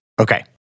Okay